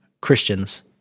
Christians